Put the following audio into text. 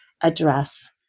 address